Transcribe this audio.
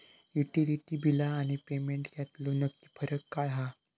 Utility बिला आणि payment यातलो नक्की फरक काय हा?